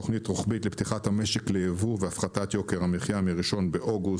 תוכנית רוחבית לפתיחת המשק לייבוא והפחתת יוקר המחייה מה-1 באוגוסט.